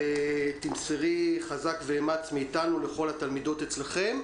תמסרי חזק ואמץ מאיתנו לכל התלמידות אצלכם,